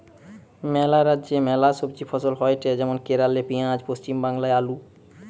ম্যালা রাজ্যে ম্যালা সবজি ফসল হয়টে যেমন কেরালে পেঁয়াজ, পশ্চিম বাংলায় আলু